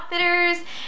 Outfitters